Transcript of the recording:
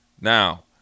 Now